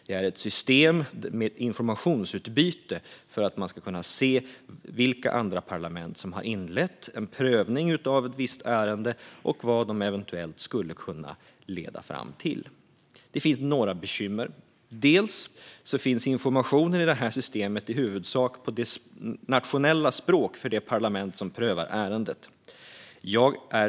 Det är ett system för informationsutbyte där man ska kunna se vilka andra parlament som har inlett en prövning av ett visst ärende och vad det eventuellt skulle kunna leda fram till. Det finns några bekymmer med detta. Först och främst: Informationen i systemet finns i huvudsak på det nationella språk som används i det parlament som prövar ärendet.